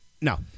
No